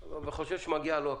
הענייני והמקצועי לאורך כל